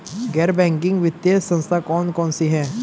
गैर बैंकिंग वित्तीय संस्था कौन कौन सी हैं?